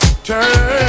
Turn